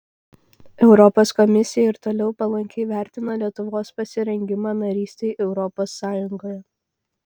europos komisija ir toliau palankiai vertina lietuvos pasirengimą narystei europos sąjungoje